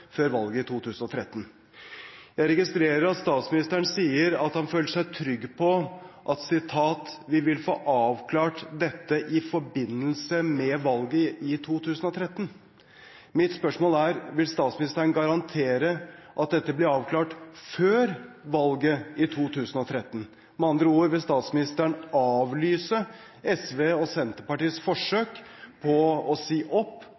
før valget i 2013. Jeg registrerer at statsministeren sier at han føler seg «trygg på at vi også kommer til å få avklart det i forbindelse med valget i 2013». Mitt spørsmål er om statsministeren vil garantere at dette blir avklart før valget i 2013. Med andre ord: Vil statsministeren avlyse SVs og Senterpartiets forsøk på å si opp